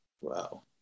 Wow